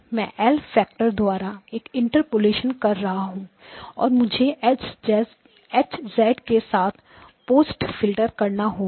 मैं Lफैक्टर द्वारा एक इन्टरपोलेशन कर रहा हूं और मुझे H के साथ पोस्ट फिल्टर करना होगा